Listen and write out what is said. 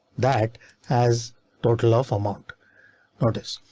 that has total of amount notice,